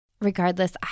Regardless